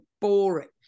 boring